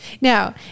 Now